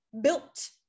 built